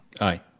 Aye